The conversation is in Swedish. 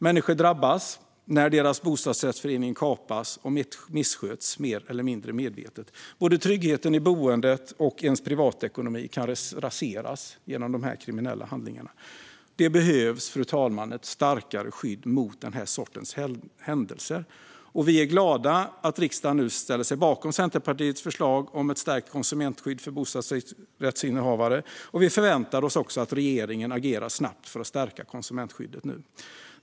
Människor drabbas när deras bostadsrättsförening kapas och missköts mer eller mindre medvetet. Både tryggheten i boendet och privatekonomin kan raseras genom dessa kriminella handlingar. Det behövs ett starkare skydd mot den här sortens händelser. Vi är glada att riksdagen nu ställer sig bakom Centerpartiets förslag om ett stärkt konsumentskydd för bostadsrättsinnehavare, och vi förväntar oss också att regeringen agerar snabbt för att stärka konsumentskyddet.